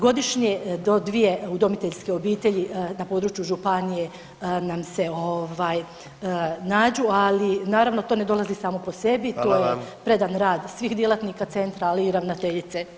Godišnje do 2 udomiteljske obitelji na području županije nam se ovaj nađu, ali naravno to ne dolazi samo po sebi [[Upadica: Hvala vam.]] to je predan rad svih djelatnika centra ali i ravnateljice.